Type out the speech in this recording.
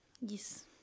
yes